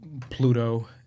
Pluto